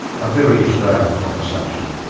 a very australian conversation.